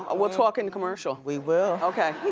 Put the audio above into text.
we'll talk in commercial. we will. okay.